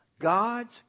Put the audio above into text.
God's